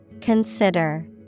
Consider